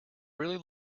really